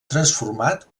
transformat